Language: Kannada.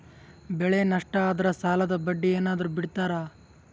ಬೆಳೆ ನಷ್ಟ ಆದ್ರ ಸಾಲದ ಬಡ್ಡಿ ಏನಾದ್ರು ಬಿಡ್ತಿರಾ?